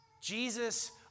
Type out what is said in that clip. Jesus